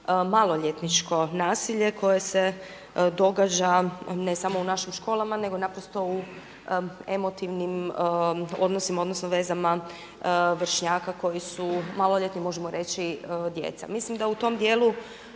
maloljetničko nasilje koje se događa ne samo u našim školama, nego naprosto u emotivnim odnosima, odnosno vezama vršnjaka koji su maloljetni, možemo reći djeca. Mislim da u tom dijelu